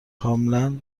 کاملا